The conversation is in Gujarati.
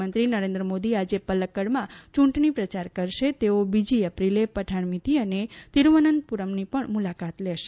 પ્રધાનમંત્રી નરેન્દ્ર મોદી આજે પલક્કડમાં ચૂંટણી પ્રચાર કરશે તેઓ બીજી ઐપ્રિલે પઠાણમિતી અને તિરુવનંતપૂરમની પણ મુલાકાત લેશે